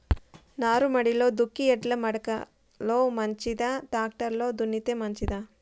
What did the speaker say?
నారుమడిలో దుక్కి ఎడ్ల మడక లో మంచిదా, టాక్టర్ లో దున్నితే మంచిదా?